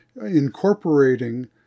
incorporating